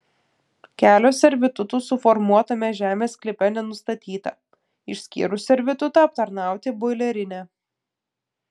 kelio servitutų suformuotame žemės sklype nenustatyta išskyrus servitutą aptarnauti boilerinę